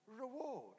reward